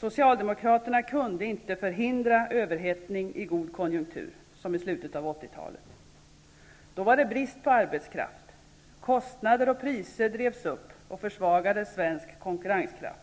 Socialdemokraterna kunde inte förhindra överhettning under en god konjunktur som den i slutet av 80-talet. Då var det brist på arbetskraft. Kostnader och priser drevs upp och försvagade Sveriges konkurrenskraft.